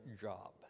job